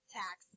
tax